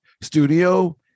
studio